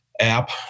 app